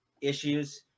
issues